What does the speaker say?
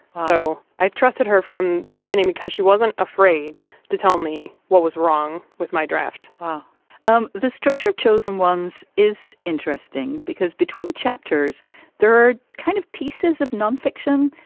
so i trusted her from the beginning because she wasn't afraid to tell me what was wrong with my draft um the structure of chosen ones is interesting because between chapters third kind of pieces of nonfiction,